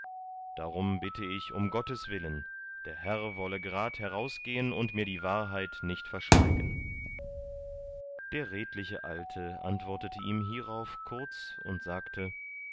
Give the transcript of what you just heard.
darum bitte ich um gottes willen der herr wolle gerad herausgehen und mir die wahrheit nicht verschweigen der redliche alte antwortete ihm hierauf kurz und sagte